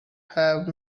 have